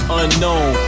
unknown